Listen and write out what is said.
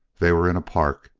they were in a park,